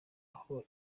aho